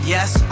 Yes